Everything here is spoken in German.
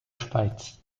schweiz